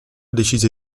decise